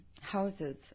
houses